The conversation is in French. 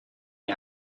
est